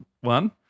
one